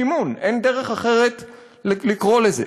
שימון, אין דרך אחרת לקרוא לזה.